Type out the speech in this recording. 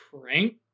prank